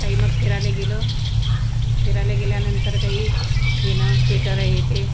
काही मग फिरायला गेलो फिरायले गेल्यानंतर काही घेणं स्वेटरं हे ते